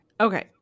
Okay